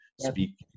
speak